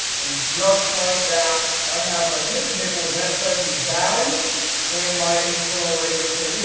and just like that, i have my pivot table with net present value and my internal rate of return. you know,